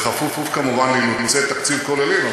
כפוף כמובן לאילוצי תקציב כוללים.